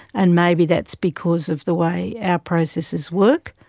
and maybe that's because of the way our processes work,